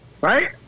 Right